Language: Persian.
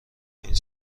این